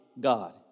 God